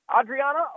Adriana